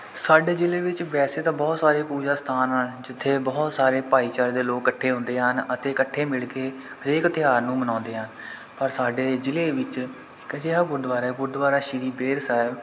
ਸਾਡੇ ਜ਼ਿਲ੍ਹੇ ਵਿੱਚ ਵੈਸੇ ਤਾਂ ਬਹੁਤ ਸਾਰੇ ਪੂਜਾ ਸਥਾਨ ਹਨ ਜਿੱਥੇ ਬਹੁਤ ਸਾਰੇ ਭਾਈਚਾਰੇ ਦੇ ਲੋਕ ਇਕੱਠੇ ਹੁੰਦੇ ਹਨ ਅਤੇ ਇਕੱਠੇ ਮਿਲ ਕੇ ਹਰੇਕ ਤਿਉਹਾਰ ਨੂੰ ਮਨਾਉਂਦੇ ਹਨ ਪਰ ਸਾਡੇ ਜ਼ਿਲ੍ਹੇ ਵਿੱਚ ਇੱਕ ਅਜਿਹਾ ਗੁਰਦੁਆਰਾ ਹੈ ਗੁਰਦੁਆਰਾ ਸ਼੍ਰੀ ਬੇਰ ਸਾਹਿਬ